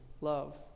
love